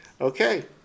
Okay